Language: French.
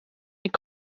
est